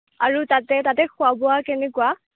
আৰু তাতে তাতে খোৱা বোৱা কেনেকুৱা